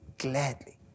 gladly